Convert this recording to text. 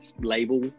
label